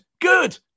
good